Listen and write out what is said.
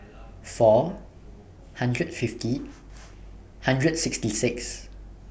four hundred fifty hundred sixty six